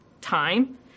time